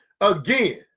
again